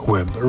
Web